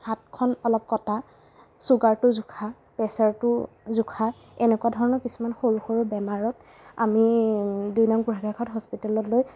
হাতখন অলপ কটা চুগাৰটো জোখা প্ৰেছাৰটো জোখা এনেকুৱা ধৰণৰ কিছুমান সৰু সৰু বেমাৰত আমি দুই নং বুঢ়াগোঁসাই খাট হস্পিটেললৈ